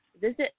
visit